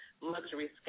luxury